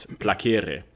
placere